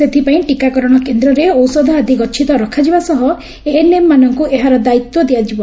ସେଥିପାଇଁ ଟିକାକରଣ କେନ୍ଦରେ ଔଷଧ ଆଦି ଗଛିତ ରଖାଯିବ ସହ ଏଏନଏମ୍ ମାନଙ୍କୁ ଏହାର ଦାୟିତ୍ୱ ଦିଆଯିବ